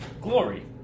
glory